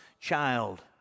child